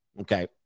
Okay